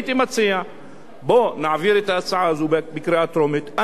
אני מציע שנעביר את ההצעה הזאת בקריאה טרומית,